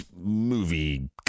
movie